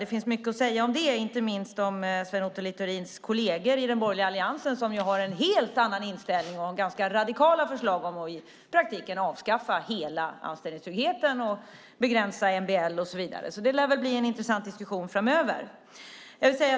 Det finns mycket att säga om det och inte minst om Sven Otto Littorins kolleger i den borgerliga alliansen, som ju har en helt annan inställning och ganska radikala förslag om att i praktiken avskaffa hela anställningstryggheten, begränsa MBL och så vidare, så det lär väl bli en intressant diskussion framöver.